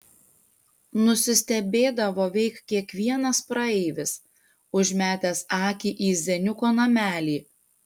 nusistebėdavo veik kiekvienas praeivis užmetęs akį į zeniuko namelį